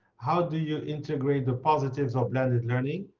how do you integrate the positives of blended learning?